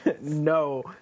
No